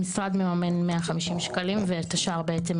המשרד מממן 150 שקלים ואת השאר בעצם